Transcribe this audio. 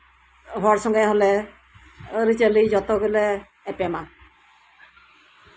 ᱦᱚᱲ ᱥᱚᱝᱜᱮ ᱟᱹᱨᱤᱪᱟᱹᱞᱤ ᱡᱚᱛᱚ ᱜᱮᱞᱮ ᱮᱯᱮᱢ